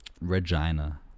Regina